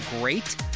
great